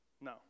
No